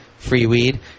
freeweed